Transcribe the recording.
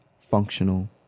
functional